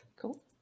cool